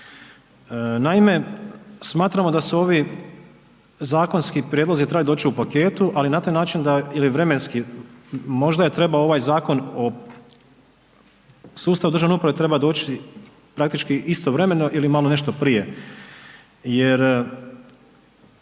Naime, smatramo da su ovi zakonski prijedlozi trebaju doći u paketu, ali na taj način da ili vremenski, možda je trebao ovaj Zakon o sustavu državne uprave treba doći praktički istovremeno ili malo nešto prije,